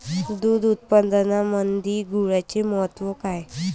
दूध उत्पादनामंदी गुळाचे महत्व काय रायते?